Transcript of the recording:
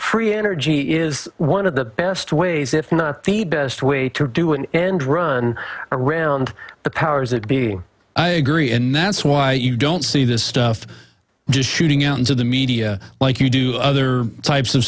energy is one of the best ways if not the best way to do an end run around the powers that be i agree and that's why you don't see this stuff just shooting in terms of the media like you do other types of